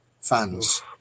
fans